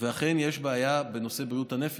ואכן יש בעיה בנושא בריאות הנפש.